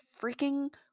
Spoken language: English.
freaking